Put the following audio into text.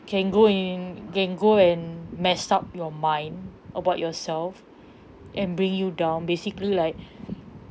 can go in can go and mess up your mind about yourself and bring you down basically like